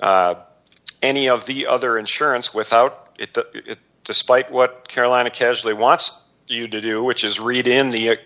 any of the other insurance without it despite what carolina casually wants you to do which is read in the